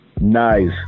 Nice